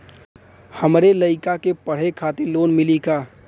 हमरे लयिका के पढ़े खातिर लोन मिलि का?